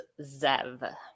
Zev